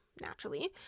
naturally